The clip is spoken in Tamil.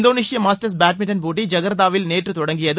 இந்தோனேசிய மாஸ்டர்ஸ் பேட்மிண்டன் போட்டி ஐகர்த்தாவில் நேற்று தொடங்கியது